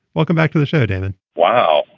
welcome back to the show, dan and wow.